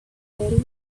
very